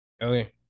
Okay